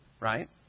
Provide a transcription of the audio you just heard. right